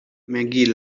maggie